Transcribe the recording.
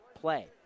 play